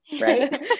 right